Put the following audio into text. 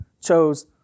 chose